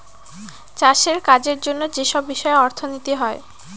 চাষের কাজের জন্য যেসব বিষয়ে অর্থনীতি হয়